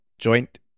joint